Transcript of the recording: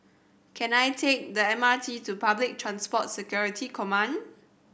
can I take the M R T to Public Transport Security Command